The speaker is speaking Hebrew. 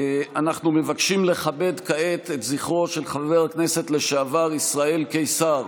אנחנו מבקשים לכבד כעת את זכרו של חבר הכנסת לשעבר ישראל קיסר,